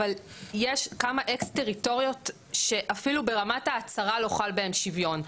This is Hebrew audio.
אבל יש כמה אקס טריטוריות שאפילו ברמת ההצהרה לא חל בהם שוויון,